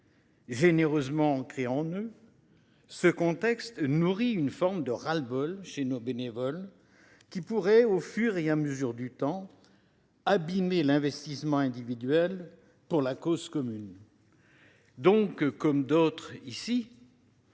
généreusement ancré en eux, ce contexte nourrit une forme de ras le bol chez nos bénévoles, qui pourrait, au fil du temps, nuire à l’investissement individuel en faveur de la cause commune. Comme d’autres ici,